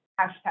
hashtag